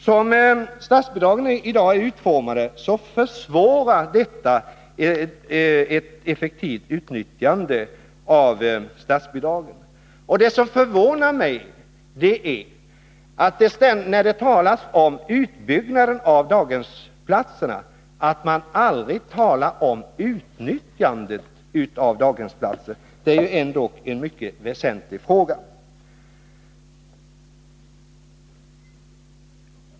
Såsom statsbidragen i dag är utformade försvårar de ett effektivt utnyttjande av daghemsplatserna. Det som förvånar mig är att man när det talas om utbyggnaden av daghemsplatserna aldrig talar om utnyttjandet av daghemsplatser — det är ju ändå en mycket väsentlig fråga.